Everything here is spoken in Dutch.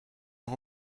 nog